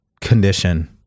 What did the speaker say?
condition